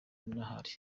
ndahari